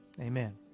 Amen